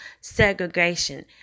segregation